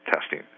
testing